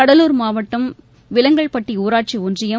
கடலூர் மாவட்டம் விலங்கல்பட்டி ஊராட்சி ஒன்றியம்